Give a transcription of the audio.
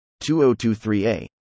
2023a